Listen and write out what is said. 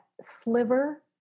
sliver